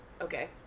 Okay